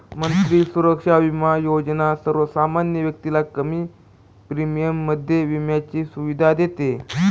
मंत्री सुरक्षा बिमा योजना सर्वसामान्य व्यक्तीला कमी प्रीमियम मध्ये विम्याची सुविधा देते